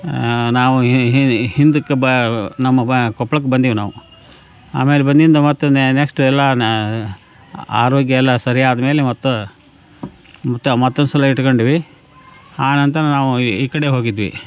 ನಾವು ಹಿಂದಕ್ಕೆ ಬ ನಮ್ಮ ಬ ಕೊಪ್ಳಕ್ಕೆ ಬಂದೀವಿ ನಾವು ಆಮೇಲೆ ಬಂದಿದ್ದು ಮತ್ತೆ ನೆಕ್ಸ್ಟ್ ಎಲ್ಲ ನ ಆರೋಗ್ಯ ಎಲ್ಲ ಸರಿಯಾದಮೇಲೆ ಮತ್ತೆ ಮತ್ತೆ ಮತ್ತೊಂದುಸಲ ಇಟ್ಟುಕೊಂಡ್ವಿ ಅನಂತರ ನಾವು ಈ ಈ ಕಡೆ ಹೋಗಿದ್ವಿ